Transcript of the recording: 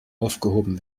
aufgehoben